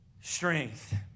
strength